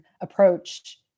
approach